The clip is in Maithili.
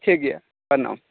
ठीक यऽ प्रणाम